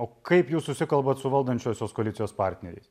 o kaip jūs susikalbat su valdančiosios koalicijos partneriais